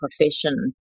profession